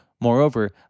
Moreover